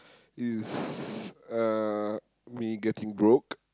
is uh me getting broke